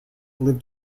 lived